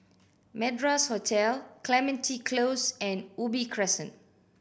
Madras Hotel Clementi Close and Ubi Crescent